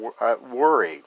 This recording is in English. worry